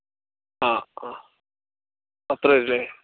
ആ ആ അത്രയും വരും അല്ലേ